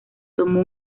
tomó